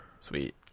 Sweet